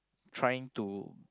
trying to